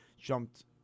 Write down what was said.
jumped